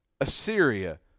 Assyria